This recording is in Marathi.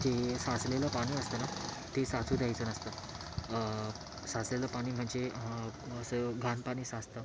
जे साचलेलं पाणी असतं ना ते साचू द्यायचं नसतं साचलेलं पाणी म्हणजे असं घाण पाणी साचतं